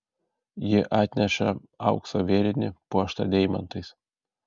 ji atsineša aukso vėrinį puoštą deimantais